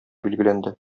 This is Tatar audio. билгеләнде